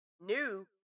New